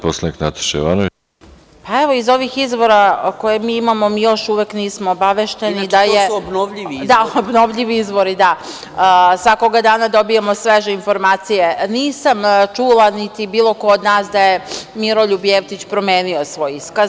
Pa, evo, iz ovih izvora koje mi imamo, mi još uvek nismo obavešteni, da, obnovljivi izvori, svakog dana dobijamo sveže informacije, nisam čula, niti bilo ko od nas, da je Miroljub Jeftić promenio svoj iskaz.